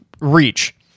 reach